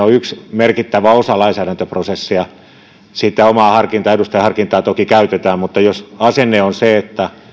on yksi merkittävä osa lainsäädäntöprosessia sitten omaa harkintaa edustajan harkintaa toki käytetään mutta jos asenne on se että